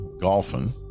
golfing